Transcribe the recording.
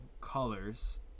colors